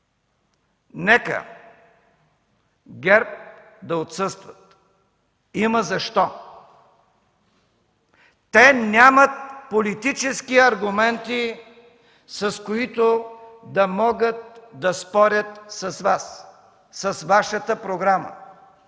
Нека ГЕРБ да отсъстват – има защо. Те нямат политически аргументи, с които да могат да спорят с Вас, с Вашата програма.